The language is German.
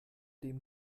dem